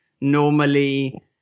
Normally